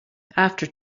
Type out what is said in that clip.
after